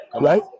Right